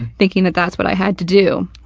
thinking that that's what i had to do.